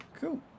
Cool